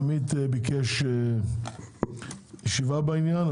עמית ביקש ישיבה בעניין,